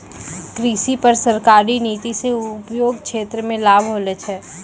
कृषि पर सरकारी नीति से उद्योग क्षेत्र मे लाभ होलो छै